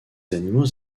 animaux